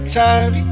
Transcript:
time